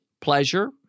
pleasure